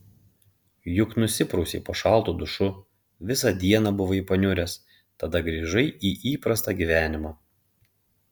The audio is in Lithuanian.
juk nusiprausei po šaltu dušu visą dieną buvai paniuręs tada grįžai į įprastą gyvenimą